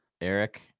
eric